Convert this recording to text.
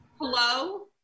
Hello